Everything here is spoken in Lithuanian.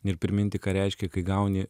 ir priminti ką reiškia kai gauni